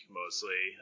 mostly